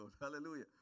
Hallelujah